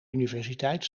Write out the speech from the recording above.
universiteit